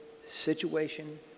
situation